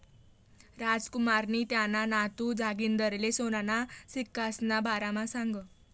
रामकुमारनी त्याना नातू जागिंदरले सोनाना सिक्कासना बारामा सांगं